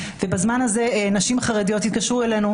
ובזמן הזה נשים חרדיות התקשרו אלינו,